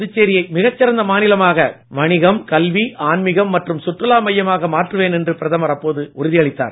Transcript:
புதுச்சேரியை மிகச்சிறந்த மாநிலமாக வணிகம் கல்வி ஆன்மிகம் மற்றும் சுற்றுலா மையமாக மாற்றுவேன் என்று பிரதமர் அப்போது உறுதியளித்தார்